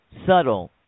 subtle